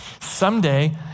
Someday